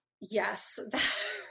Yes